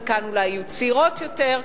חלקן אולי יהיו צעירות יותר,